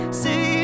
say